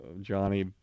Johnny